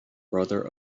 brother